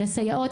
לסייעות,